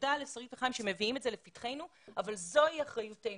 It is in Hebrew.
תודה לחיים ולשרית שמביאים את זה לפתחנו אבל זוהי אחריותנו.